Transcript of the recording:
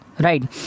Right